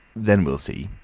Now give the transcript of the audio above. then we'll see.